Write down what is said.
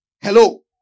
hello